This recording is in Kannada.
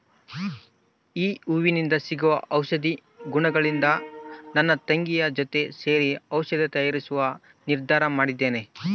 ಈ ಹೂವಿಂದ ಸಿಗುವ ಔಷಧಿ ಗುಣಗಳಿಂದ ನನ್ನ ತಂಗಿಯ ಜೊತೆ ಸೇರಿ ಔಷಧಿ ತಯಾರಿಸುವ ನಿರ್ಧಾರ ಮಾಡಿದ್ದೇನೆ